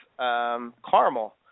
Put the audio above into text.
Caramel